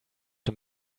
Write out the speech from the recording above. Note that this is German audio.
dem